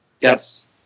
Yes